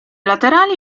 laterali